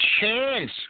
chance